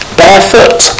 barefoot